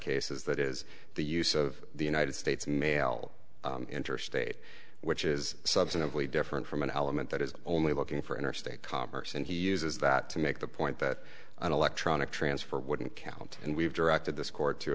cases that is the use of the united states mail interstate which is substantively different from an element that is only looking for interstate commerce and he uses that to make the point that an electronic transfer wouldn't count and we've directed this court to